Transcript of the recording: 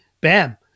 bam